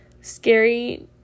scary